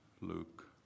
Luke